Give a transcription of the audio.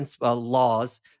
laws